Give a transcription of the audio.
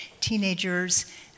teenagers